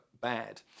bad